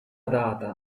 data